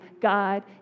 God